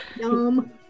Yum